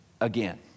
again